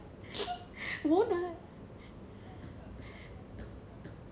won't ah